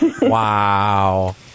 wow